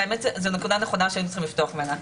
זאת נקודה נכונה שהיינו צריכים לפתוח ממנה.